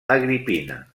agripina